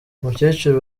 umukecuru